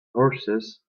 horses